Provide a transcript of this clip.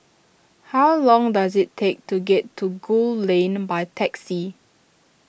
how long does it take to get to Gul Lane by taxi